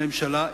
הממשלה,